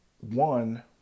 One